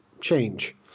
change